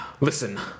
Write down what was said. Listen